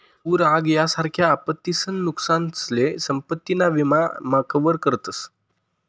पूर आग यासारख्या आपत्तीसन नुकसानसले संपत्ती ना विमा मा कवर करतस